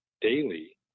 daily